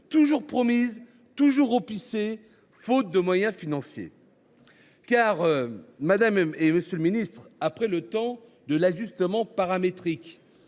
toujours promise, toujours repoussée faute de moyens financiers. Madame la ministre, monsieur le ministre, après le temps de l’ajustement paramétrique